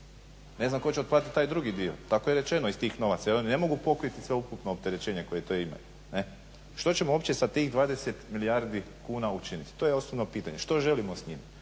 Ne znam tko će otplatiti taj drugi dio. Tako je rečeno iz tih novaca jer oni ne mogu pokriti sveukupno opterećenje koje to imaju. Što ćemo uopće sa tih 20 milijardi kuna učiniti? To je osobno pitanje, što želimo s njim?